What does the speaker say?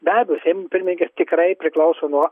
be abejo seimo pirmininkas tikrai priklauso nuo